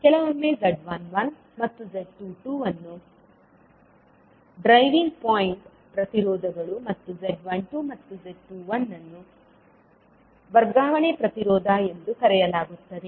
ಈಗ ಕೆಲವೊಮ್ಮೆ z11 ಮತ್ತು z22 ಅನ್ನು ಡ್ರೈವಿಂಗ್ ಪಾಯಿಂಟ್ ಪ್ರತಿರೋಧಗಳು ಮತ್ತು z12 ಮತ್ತು z21 ಅನ್ನು ವರ್ಗಾವಣೆ ಪ್ರತಿರೋಧ ಎಂದು ಕರೆಯಲಾಗುತ್ತದೆ